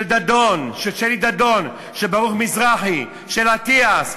של שלי דדון, ושל ברוך מזרחי, של אטיאס.